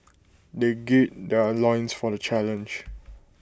they gird their loins for the challenge